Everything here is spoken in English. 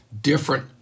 different